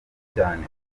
cyane